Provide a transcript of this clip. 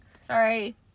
Sorry